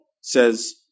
says